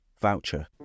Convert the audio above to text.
voucher